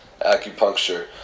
acupuncture